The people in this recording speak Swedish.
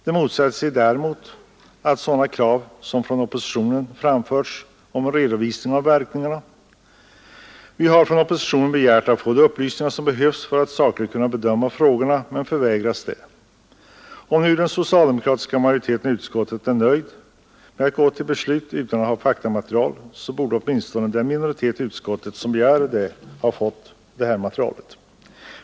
De motsätter sig däremot oppositionens krav på en redovisning av verkningarna. Vi har från oppositionens sida begärt att få de upplysningar som behövs för att sakligt kunna bedöma frågorna men har förvägrats detta. Om nu den socialdemokratiska majoriteten i utskottet är nöjd med att gå till beslut utan att ha faktamaterial, så borde åtminstone den minoritet i utskottet som begärde det ha fått detta material.